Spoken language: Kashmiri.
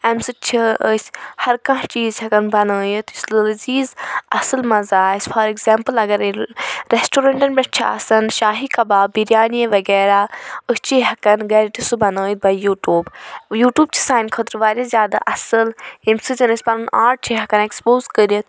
امہِ سۭتۍ چھِ أسۍ ہر کانٛہہ چیٖز ہیٚکان بَنٲیِتھ لذیٖز اصل مَزٕ آسہِ فار ایٚگزامپل اگر ییٚلہِ ریٚسٹورنٹن پیٚٹھ چھ آسان شاہی کباب بِریانی وَغیرہ چھِ ہیٚکان گَرِ تہِ سُہ بَنٲیِتھ یوٗٹیوب یوٗٹیوب چھ سانہ خٲطرٕ واریاہ زیادٕ اصل ییٚمہِ سۭتۍ زن أسۍ پَنُن آرٹ چھِ ہیٚکان ایٚکسپوٗز کٔرِتھ